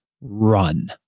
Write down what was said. run